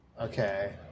Okay